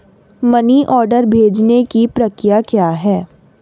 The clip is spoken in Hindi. मनी ऑर्डर भेजने की प्रक्रिया क्या है?